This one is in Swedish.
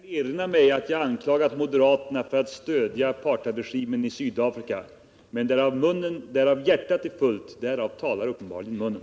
Herr talman! Jag kan inte med bästa vilja i världen erinra mig att jag anklagat moderaterna för att stödja apartheidregimen i Sydafrika. Men varav hjärtat är fullt, därav talar uppenbarligen munnen.